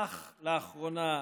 אך לאחרונה,